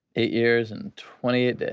eight years and twenty eight days.